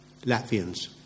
Latvians